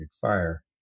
fire